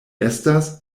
estas